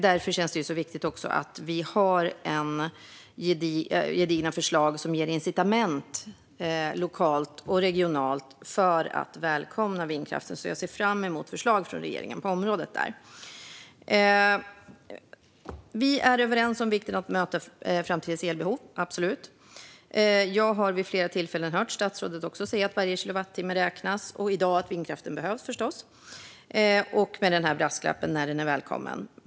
Därför känns det så viktigt att vi har gedigna förslag som ger incitament lokalt och regionalt att välkomna vindkraften. Jag ser fram emot förslag från regeringen på det området. Vi är absolut överens om vikten av att möta framtidens elbehov. Jag har vid flera tillfällen hört statsrådet säga att varje kilowattimme räknas, och i dag säger hon att vindkraften behövs - med brasklappen: när den är välkommen.